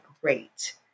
great